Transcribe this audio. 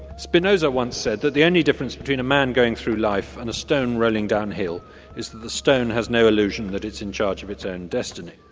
spinoza once said that the only difference between a man going through life and a stone rolling downhill is that the stone has no illusion that it's in charge of its own destiny.